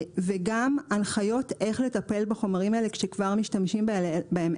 וגם הנחיות איך לטפל בחומרים האלה כשכבר משתמשים בהם.